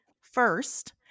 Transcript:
first